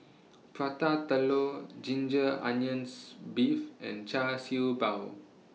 Prata Telur Ginger Onions Beef and Char Siew Bao